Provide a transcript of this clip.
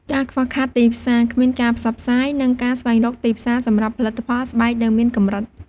ការខ្វះខាតទីផ្សារ គ្មានការផ្សព្វផ្សាយ និងការស្វែងរកទីផ្សារសម្រាប់ផលិតផលស្បែកនៅមានកម្រិត។